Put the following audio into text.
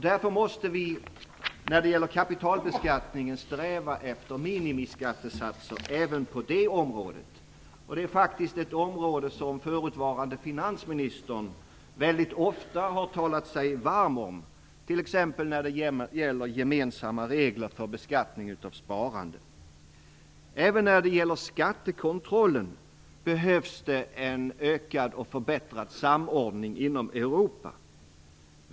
Därför måste vi när det gäller kapitalbeskattningen sträva efter minimiskattesatser även på det området. Det är faktiskt ett område som förutvarande finansministern väldigt ofta har talat sig varm för, t.ex. när det gäller gemensamma regler för beskattning av sparande. Även när det gäller skattekontrollen behövs det en ökad och förbättrad samordning inom Europa.